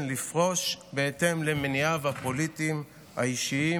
לפרוש בהתאם למניעיו הפוליטיים האישיים.